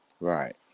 Right